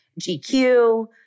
GQ